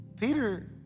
Peter